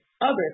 others